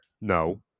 No